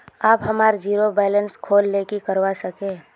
आप हमार zero balance खोल ले की करवा सके है?